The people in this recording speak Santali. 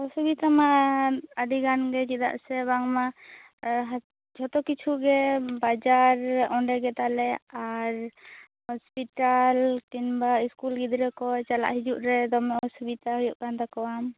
ᱚᱥᱩᱵᱤᱛᱟ ᱢᱟ ᱟᱹᱰᱤ ᱜᱟᱱ ᱜᱮ ᱪᱮᱫᱟᱜ ᱥᱮ ᱵᱟᱝ ᱢᱟ ᱡᱚᱛᱚ ᱠᱤᱪᱷᱩ ᱜᱮ ᱵᱟᱡᱟᱨ ᱚᱸᱰᱮ ᱜᱮᱛᱟ ᱞᱮ ᱟᱨ ᱦᱚᱥᱯᱤᱴᱟᱞ ᱠᱤᱢᱵᱟ ᱤᱥᱠᱩᱞ ᱜᱤᱫᱽᱨᱟᱹ ᱠᱚ ᱪᱟᱞᱟᱜ ᱦᱤᱡᱩᱜ ᱨᱮ ᱫᱚᱢᱮ ᱚᱥᱩᱵᱤᱫᱟ ᱦᱩᱭᱩᱜ ᱠᱟᱱ ᱛᱟᱠᱚᱣᱟ